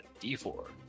D4